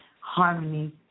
harmony